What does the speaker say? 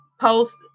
post